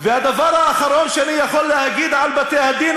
והדבר האחרון שאני יכול להגיד על בתי-הדין